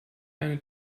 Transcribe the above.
eine